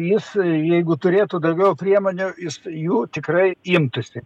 jis jeigu turėtų daugiau priemonių jis jų tikrai imtųsi